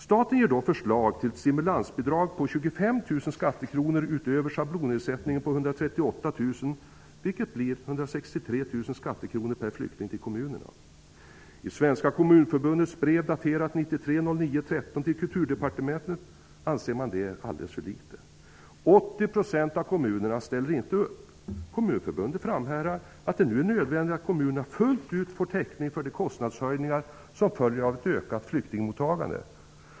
Staten ger då förslag till ett stimulansbidrag på 1993 anser man det vara alldeles för litet. 80 % av kommunerna ställer inte upp. Kommunförbundet framhärdar att det nu är nödvändigt att kommunerna fullt ut får täckning för de kostnadsökningar som följer av ett ökat flyktingmottagande.